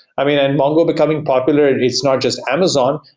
i mean, and mongo becoming popular, it's not just amazon.